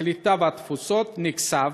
הקליטה והתפוצות נכתב